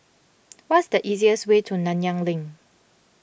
what's the easiest way to Nanyang Link